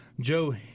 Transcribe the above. Joe